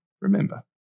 remember